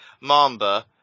Mamba